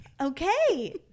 okay